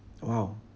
!wow!